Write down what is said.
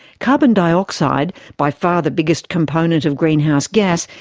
carbon dioxide, by far the biggest component of greenhouse gas,